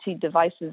devices